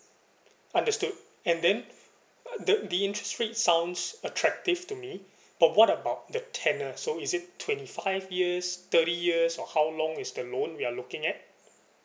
understood and then uh the interest rate sounds attractive to me but what about the tenure so is it twenty five years thirty years or how long is the loan we are looking at